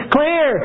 Clear